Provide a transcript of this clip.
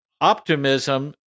Optimism